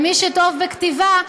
ומי שטוב בכתיבה,